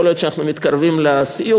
יכול להיות שאנחנו מתקרבים לסיום,